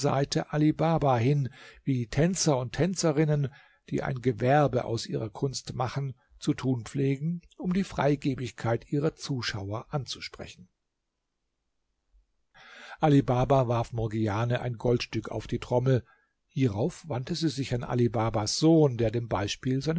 baba hin wie tänzer und tänzerinnen die ein gewerbe aus ihrer kunst machen zu tun pflegen um die freigebigkeit ihrer zuschauer anzusprechen ali baba warf morgiane ein goldstück auf die trommel hierauf wandte sie sich an ali babas sohn der dem beispiel